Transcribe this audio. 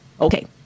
Okay